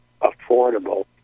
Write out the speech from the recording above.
affordable